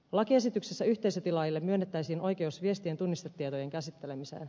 lakiesityksessä yhteisötilaajille myönnettäisiin oikeus viestien tunnistetietojen käsittelemiseen